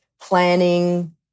planning